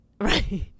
Right